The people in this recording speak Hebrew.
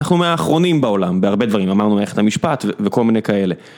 אנחנו מאחרונים בעולם בהרבה דברים, אמרנו מערכת המשפט וכל מיני כאלה